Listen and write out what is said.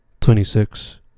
Twenty-six